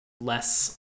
less